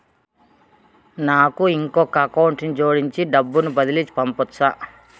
నాకు ఇంకొక అకౌంట్ ని జోడించి డబ్బును బదిలీ పంపొచ్చా?